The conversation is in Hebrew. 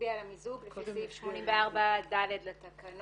נצביע על המיזוג לפי סעיף 84(ד) לתקנון.